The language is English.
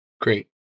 Great